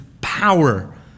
power